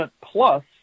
plus